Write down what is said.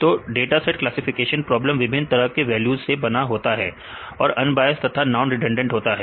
तो data set classification problems विभिन्न तरह की वैल्यू से बना होता है और अनबायस तथा नॉन रिडंडेंट होता है